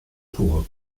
tore